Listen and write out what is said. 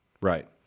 Right